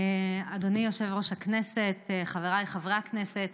אדוני יושב-ראש הכנסת, חבריי חברי הכנסת,